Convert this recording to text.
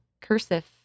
cursive